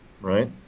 right